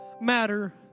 matter